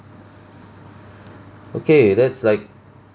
okay that's like